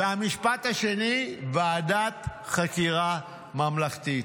והמשפט השני: ועדת חקירה ממלכתית.